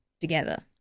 together